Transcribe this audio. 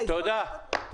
תודה.